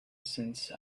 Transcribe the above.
since